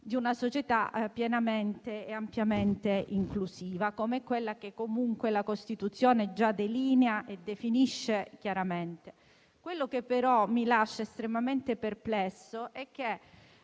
di una società pienamente e ampiamente inclusiva, come quella che la Costituzione delinea e definisce chiaramente. Quello che però mi lascia estremamente perplessa è che